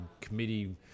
committee